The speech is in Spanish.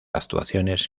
actuaciones